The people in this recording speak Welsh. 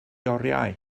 oriau